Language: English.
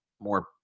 more